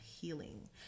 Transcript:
healing